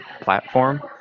platform